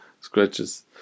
scratches